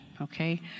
okay